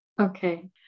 Okay